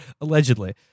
allegedly